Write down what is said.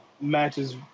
matches